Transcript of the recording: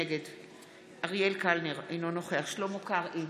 נגד אריאל קלנר, אינו נוכח שלמה קרעי,